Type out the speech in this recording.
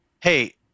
hey